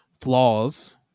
flaws